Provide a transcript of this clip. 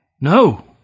No